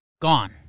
Gone